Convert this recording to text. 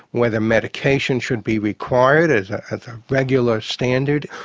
whether medication should be required as as a regular standard,